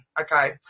Okay